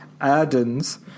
Arden's